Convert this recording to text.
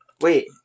Wait